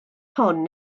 hon